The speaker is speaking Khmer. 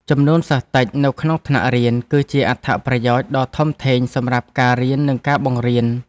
ចំនួនសិស្សតិចនៅក្នុងថ្នាក់រៀនគឺជាអត្ថប្រយោជន៍ដ៏ធំធេងសម្រាប់ការរៀននិងការបង្រៀន។